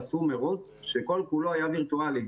עשו מרוץ שכל כולו היה וירטואלי.